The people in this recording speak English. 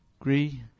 agree